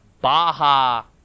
Baja